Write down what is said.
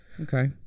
Okay